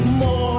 more